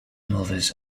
movies